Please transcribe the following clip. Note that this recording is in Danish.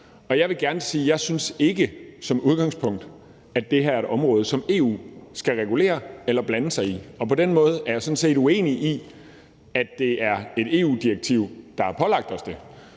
Jeg vil gerne sige, at jeg som udgangspunkt ikke synes, at det her er et område, som EU skal regulere eller blande sig i, og på den måde er jeg sådan set ikke for, at det er et EU-direktiv, der har pålagt os det,